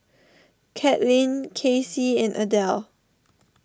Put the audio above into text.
Caitlin Kacy and Adele